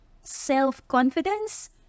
self-confidence